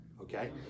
okay